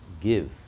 give